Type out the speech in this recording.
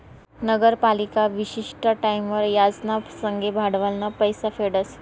नगरपालिका विशिष्ट टाईमवर याज ना संगे भांडवलनं पैसा फेडस